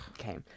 Okay